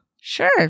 Sure